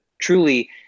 truly